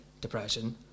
depression